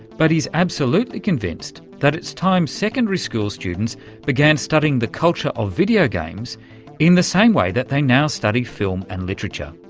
but he's absolutely convinced that it's time secondary school students began studying the culture of video games in the same way that they now study film and literature.